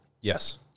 Yes